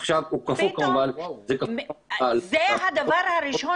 עכשיו זה כפוף כמובן --- פתאום זה הדבר הראשון